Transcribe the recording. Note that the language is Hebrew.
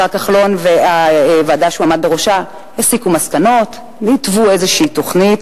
השר כחלון והוועדה שהוא עמד בראשה הסיקו מסקנות והתוו איזו תוכנית,